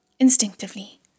Instinctively